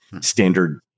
standard